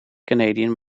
canadian